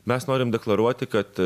mes norim deklaruoti kad